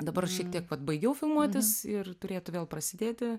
dabar šiek tiek vat baigiau filmuotis ir turėtų vėl prasidėti